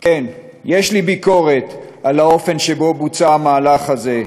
כן, יש לי ביקורת על האופן שבו בוצע המהלך הזה,